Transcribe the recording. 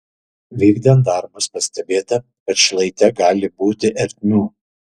vykdant darbus pastebėta kad šlaite gali būti ertmių